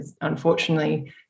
unfortunately